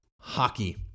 hockey